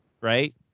right